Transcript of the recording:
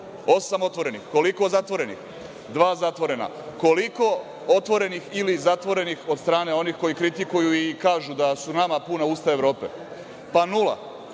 Osam otvorenih. Koliko zatvorenih? Dva zatvorena. Koliko otvorenih ili zatvorenih od strane onih koji kritikuju i kažu da su nama puna usta Evrope? Pa, nula.